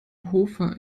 hofer